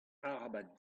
arabat